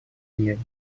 мира